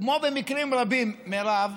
כמו במקרים רבים, מירב,